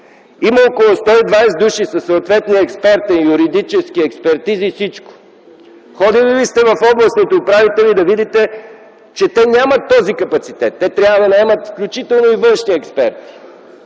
Има около 120 души със съответни експерти, юридически експертизи, всичко. Ходили ли сте в областните управи да видите, че те нямат този капацитет? Те трябва да наемат включително и външни експерти.